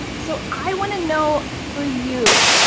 so i want to know for you,